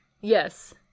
Yes